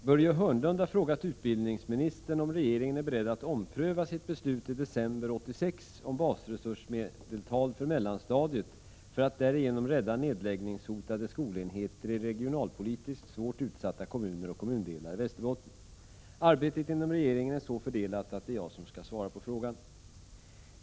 Herr talman! Börje Hörnlund har frågat utbildningsministern om regeringen är beredd att ompröva sitt beslut i december 1986 om basresursmedeltal för mellanstadiet för att därigenom rädda nedläggningshotade skolenheter i regionalpolitiskt svårt utsatta kommuner och kommundelar i Västerbotten. Arbetet inom regeringen är så fördelat att det är jag som skall svara på frågan.